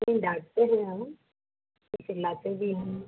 नहीं डाँटते हैं हम चिल्लाते भी हम